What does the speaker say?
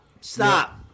Stop